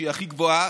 שהיא הכי גבוהה,